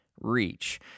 Reach